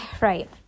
right